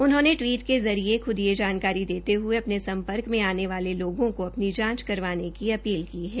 उन्होंने वी के जरिये खुद यह जानकारी देते हूये उनके सम्पर्क में आने वाले लोगों को अपनी जांच करवाने की अपील की है